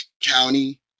county